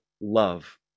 love